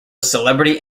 celebrity